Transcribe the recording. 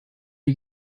you